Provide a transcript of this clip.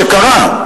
זה בדיוק מה שקרה.